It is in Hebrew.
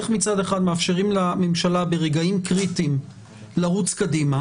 איך מצד אחד מאפשרים לממשלה ברגעים קריטיים לרוץ קדימה